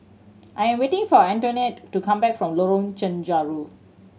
I am waiting for Antoinette to come back from Lorong Chencharu